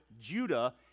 Judah